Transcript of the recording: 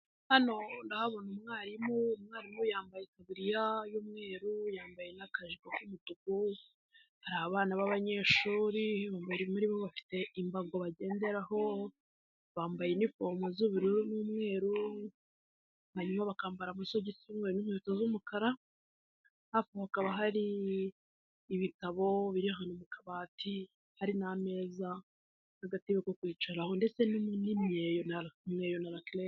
Hano ndahabona umwarimu, umwarimu yambaye itaburiya y'umweru, yambaye n'akajipo k'umutuku, hari abana b'abanyeshuri babiri muri bo bafite imbago bagenderaho, bambaye inifomu z'ubururu n'umweru, hanyuma bakambara amasogi y'umweru n'inkweto z'umukara, hafi hakaba hari ibitabo biri mu kabati, hari n'ameza, agateko ko kwicaraho ndetse n'umweyo na rakirete.